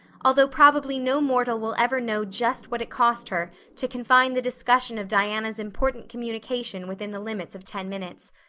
although probably no mortal will ever know just what it cost her to confine the discussion of diana's important communication within the limits of ten minutes.